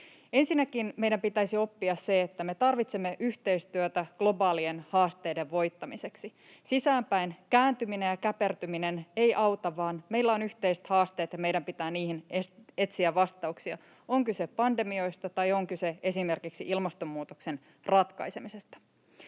Ensinnäkin meidän pitäisi oppia se, että me tarvitsemme yhteistyötä globaalien haasteiden voittamiseksi. Sisäänpäin kääntyminen ja käpertyminen ei auta, vaan meillä on yhteiset haasteet, ja meidän pitää niihin etsiä vastauksia — on kyse pandemioista, tai on kyse esimerkiksi ilmastonmuutoksen ratkaisemisesta.